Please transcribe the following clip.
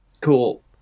Cool